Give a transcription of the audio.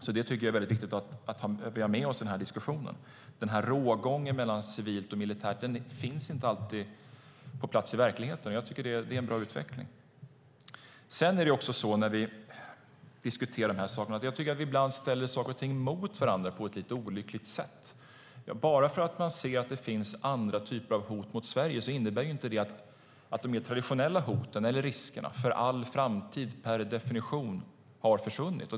Jag tycker att det är viktigt att vi har med oss detta i diskussionen. Rågången mellan civilt och militärt finns inte alltid på plats i verkligheten. Jag tycker att det är bra utveckling. Jag tycker att vi ibland ställer saker och ting mot varandra på ett lite olyckligt sätt. Bara detta att man ser att det finns andra typer av hot mot Sverige innebär inte att de mer traditionella hoten eller riskerna för all framtid per definition har försvunnit.